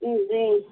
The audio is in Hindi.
जी